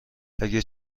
اگه